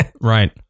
Right